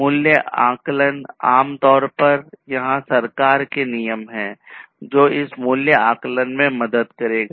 मूल्य आकलन आम तौर पर यहां सरकार के नियम हैं जो इस मूल्य आकलन में मदद करेगा